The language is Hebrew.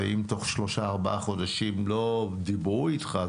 ואם בתוך שלושה-ארבעה חודשים לא דיברו אתך,